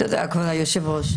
תודה, כבוד היושב-ראש.